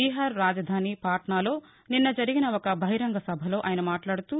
బీహార్ రాజధాని పాట్నలో నిన్న జరిగిన ఒక బహిరంగసభలో ఆయన మాట్లాడుతూ